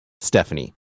Stephanie